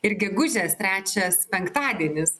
ir gegužės trečias penktadienis